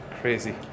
crazy